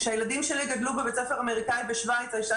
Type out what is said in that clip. כשהילדים שלי גדלו בבית ספר אמריקאי בשווייץ הייתה